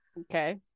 Okay